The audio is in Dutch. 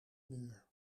muur